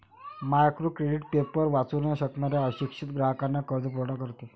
micro credit paper वाचू न शकणाऱ्या अशिक्षित ग्राहकांना कर्जपुरवठा करते